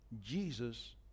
Jesus